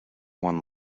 won